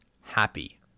happy